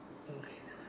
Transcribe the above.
okay never mind